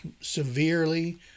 severely